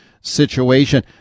situation